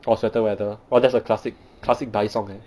orh sweater weather !wah! that is a classic classic bisexual song eh